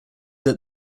that